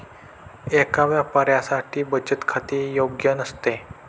एका व्यापाऱ्यासाठी बचत खाते योग्य नसते